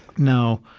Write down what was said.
now,